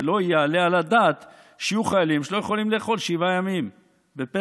ולא יעלה על הדעת שיהיו חיילים שלא יכולים לאכול שבעה ימים בפסח.